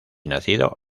nacido